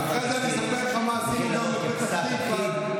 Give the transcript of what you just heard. אחרי זה אני אספר לך מה עשינו גם בפתח תקווה למען יהודי אתיופיה.